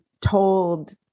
told